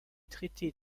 traités